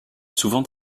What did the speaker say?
souvent